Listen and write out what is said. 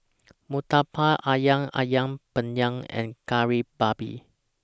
Murtabak Ayam Ayam Penyet and Kari Babi